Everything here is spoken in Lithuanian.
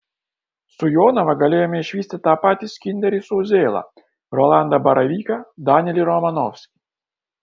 su jonava galėjome išvysti tą patį skinderį su uzėla rolandą baravyką danielį romanovskį